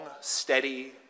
steady